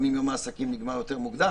גם אם יום העסקים נגמר יותר מוקדם.